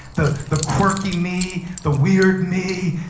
the the quirky me, the weird me,